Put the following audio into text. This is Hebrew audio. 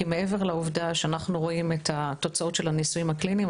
כי מעבר לעובדה שאנחנו רואים את התוצאות של הניסויים הקליניים,